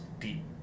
deep